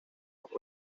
los